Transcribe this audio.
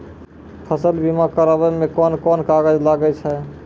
फसल बीमा कराबै मे कौन कोन कागज लागै छै?